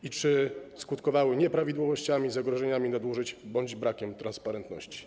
I czy skutkowały nieprawidłowościami, zagrożeniami nadużyć bądź brakiem transparentności?